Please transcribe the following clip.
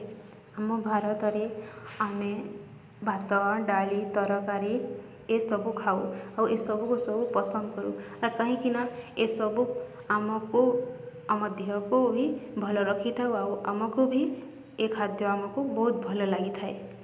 ଆମ ଭାରତରେ ଆମେ ଭାତ ଡାଲି ତରକାରୀ ଏସବୁ ଖାଉ ଆଉ ଏସବୁକୁ ସବୁ ପସନ୍ଦ କରୁ ଆ କାହିଁକିନା ଏସବୁ ଆମକୁ ଆମ ଦେହକୁ ବି ଭଲ ରଖିଥାଉ ଆଉ ଆମକୁ ବି ଏ ଖାଦ୍ୟ ଆମକୁ ବହୁତ ଭଲ ଲାଗିଥାଏ